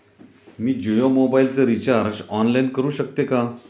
मी जियो मोबाइलचे recharge online करू शकते का?